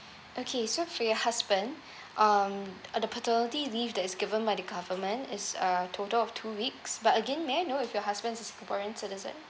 okay so for your husband um uh the paternity leave that is given by the government is a total of two weeks but again may I know if your husband's a singaporean citizen